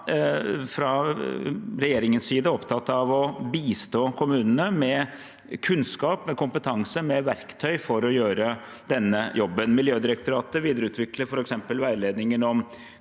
Fra regjeringens side er vi opptatt av å bistå kommunene med kunnskap, med kompetanse, med verktøy for å gjøre denne jobben. Miljødirektoratet videreutvikler f.eks. veilederen om